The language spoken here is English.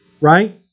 right